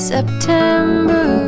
September